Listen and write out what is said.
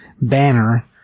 banner